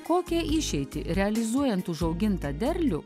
kokią išeitį realizuojant užaugintą derlių